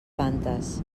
fantes